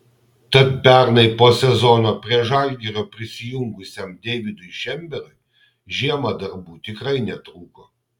tad pernai po sezono prie žalgirio prisijungusiam deividui šemberui žiemą darbų tikrai netrūko